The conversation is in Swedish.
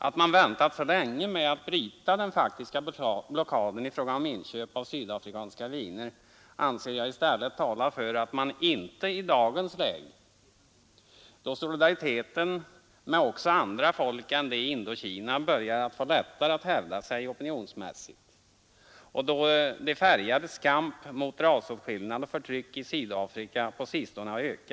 Att man så länge väntade med att bryta den faktiska blockaden av sydafrikanska viner anser jag i stället talar för att man inte heller gör det i dagens läge, då solidariteten med också andra folk än de i Indokina börjar få det lättare att hävda sig opinionsmässigt och då de färgades kamp mot rasåtskillnad och förtryck i Sydafrika på sistone har ökat.